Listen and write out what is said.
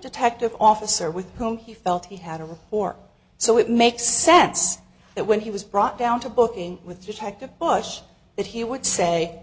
detective officer with whom he felt he had a week or so it makes sense that when he was brought down to booking with detective bush that he would say